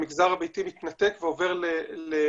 המגזר הביתי מתנתק ועובר לחשמול.